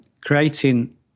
creating